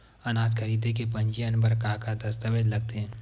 अनाज खरीदे के पंजीयन बर का का दस्तावेज लगथे?